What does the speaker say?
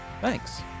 thanks